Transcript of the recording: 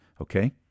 Okay